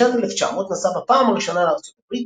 בשנת 1900 נסע בפעם הראשונה לארצות הברית,